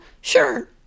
Sure